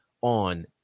on